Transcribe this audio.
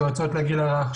יועצות לגיל הרך,